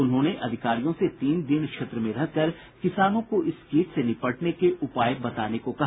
उन्होंने अधिकारियों से तीन दिन क्षेत्र में रहकर किसानों को इस कीट से निपटने के उपाय बताने को कहा